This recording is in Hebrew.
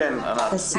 ענת, בבקשה.